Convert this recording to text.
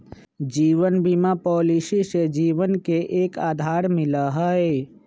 जीवन बीमा पॉलिसी से जीवन के एक आधार मिला हई